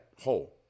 hole